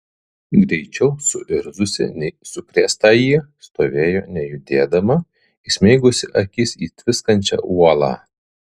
greičiau suirzusi nei sukrėstąjį stovėjo nejudėdama įsmeigusi akis į tviskančią uolą